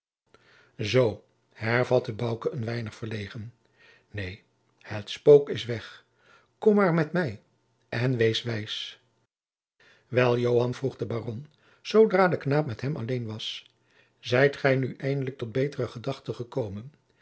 zoo hervatte bouke een weinig verlegen neen het spook is weg kom maar met mij en wees wijs jacob van lennep de pleegzoon wel joan vroeg de baron zoodra de knaap met hem alleen was zijt gij nu eindelijk tot betere gedachten gekomen